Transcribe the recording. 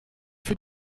für